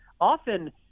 often